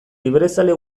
librezale